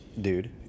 dude